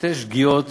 שתי שגיאות